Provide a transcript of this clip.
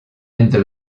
entre